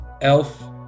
elf